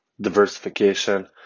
diversification